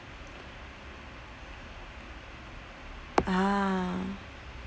ah